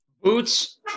Boots